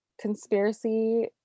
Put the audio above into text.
conspiracy